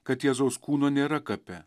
kad jėzaus kūno nėra kape